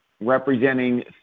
representing